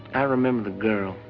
i remember the girl.